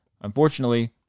Unfortunately